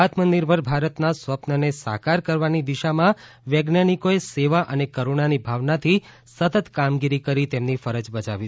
આત્મનિર્ભર ભારતના સ્વપ્નને સાકાર કરવાની દિશામાં વૈજ્ઞાનિકોએ સેવા અને કરૂણાની ભાવનાથી સતત કામગીરીકરી તેમની ફરજ બજાવી છે